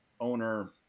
owner